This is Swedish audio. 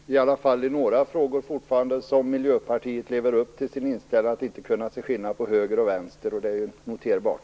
Herr talman! Det finns fortfarande några frågor där Miljöpartiet lever upp till sin inställning att inte kunna se skillnad på höger och vänster. Det är noterbart.